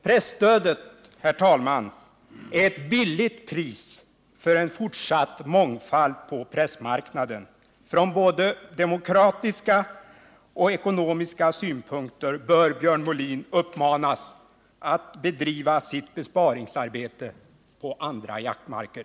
Presstödet är ett billigt pris för en fortsatt mångfald på pressmarknaden. Från både demokratiska och ekonomiska synpunkter bör Björn Molin uppmanas att bedriva sitt besparingsarbete på andra jaktmarker.